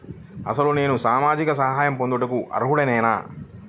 అసలు నేను సామాజిక సహాయం పొందుటకు అర్హుడనేన?